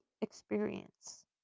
experience